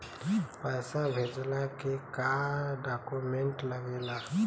पैसा भेजला के का डॉक्यूमेंट लागेला?